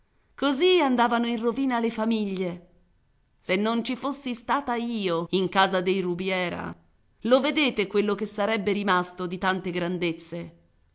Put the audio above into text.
così andavano in rovina le famiglie se non ci fossi stata io in casa dei rubiera lo vedete quel che sarebbe rimasto di tante grandezze